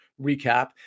recap